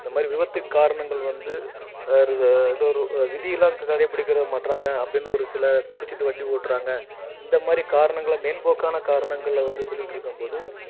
இந்தமாரி விபத்துக்கு காரணங்கள் வந்து விதியெல்லாம் கடைபுடிக்க மாட்றாங்க அப்டின்னு ஒரு சிலர் குடிச்சுட்டு வண்டி ஓட்டுறாங்க இந்தமாதிரி காரணங்களை மேம்போக்கான காரணங்களில் வந்து சொல்லிகிட்ருக்கும் போது